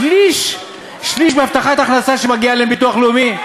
שליש, שליש מהבטחת הכנסה שמגיעה להם מביטוח לאומי.